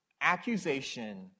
Accusation